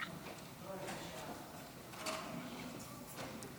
אדוני היושב-ראש,